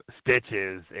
stitches